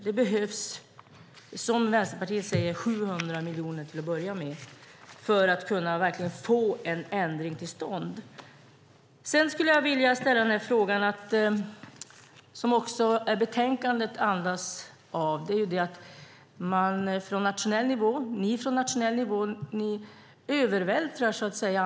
Det behövs, som Vänsterpartiet säger, 700 miljoner till att börja med för att verkligen kunna få en ändring till stånd. Betänkandet andas att ni övervältrar ansvaret från den nationella nivån.